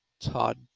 Todd